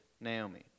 Naomi